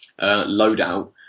loadout